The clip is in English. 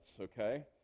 okay